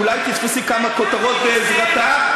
אולי תתפסי כמה כותרות בעזרתה,